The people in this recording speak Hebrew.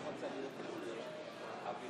אנחנו עוברים